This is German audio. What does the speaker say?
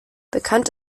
bekannt